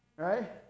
Right